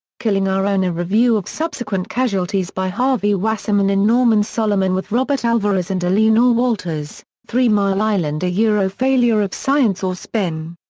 killing our own a review of subsequent casualties by harvey wasserman and norman solomon with robert alveraez and eleanore walters three mile island yeah failure of science or spin,